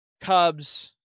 Cubs